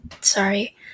Sorry